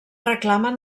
reclamen